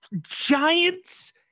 Giants